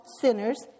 sinners